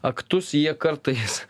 aktus jie kartais